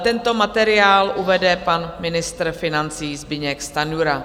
Tento materiál uvede pan ministr financí Zbyněk Stanjura.